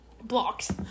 Blocks